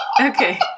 okay